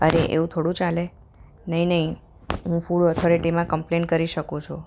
અરે એવું થોડું ચાલે નહીં નહીં હું ફૂડ ઓથોરિટીમાં કમ્પ્લેઇન કરી શકું છું